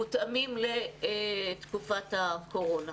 מותאמים לתקופת הקורונה.